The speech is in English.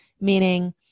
meaning